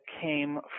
came